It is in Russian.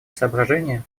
соображения